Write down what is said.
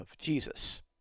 Jesus